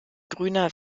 grüner